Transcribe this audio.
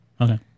Okay